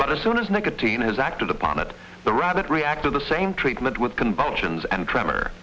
but as soon as nicotine has acted upon it the rabbit reacted the same treatment with convulsions and tremor